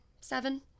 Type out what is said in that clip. seven